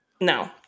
No